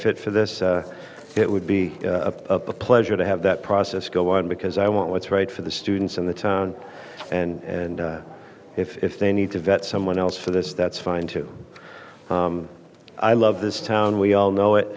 fit for this it would be a pleasure to have that process go on because i want what's right for the students in the town and if they need to vet someone else for this that's fine too i love this town we all know it